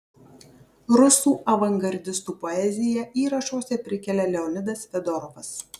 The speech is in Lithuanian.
rusų avangardistų poeziją įrašuose prikelia leonidas fedorovas